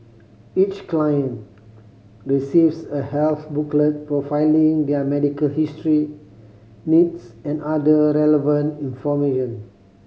each client receives a health booklet profiling their medical history needs and other relevant information